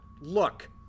look